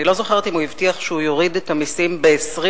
אני לא זוכרת אם הוא הבטיח שהוא יוריד את המסים ב-20%,